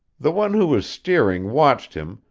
the one who was steering watched him,